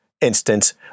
instance